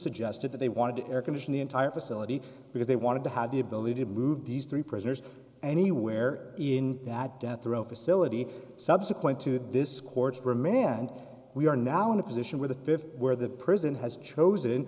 suggested that they wanted to air condition the entire facility because they wanted to have the ability to move these three prisoners anywhere in that death row facility subsequent to this court's remand we are now in a position where the fifth where the prison has chosen